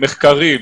עשתה מחקרים,